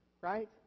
right